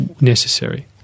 necessary